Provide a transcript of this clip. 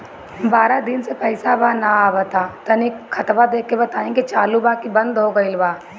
बारा दिन से पैसा बा न आबा ता तनी ख्ताबा देख के बताई की चालु बा की बंद हों गेल बा?